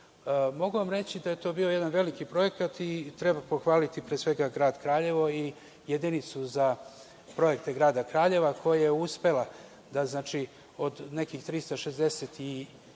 Mogu vam reći da je to bio veliki projekat i treba pohvaliti grad Kraljevo i Jedinicu za projekte grada Kraljeva koja je uspela da, od nekih 365,